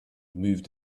moved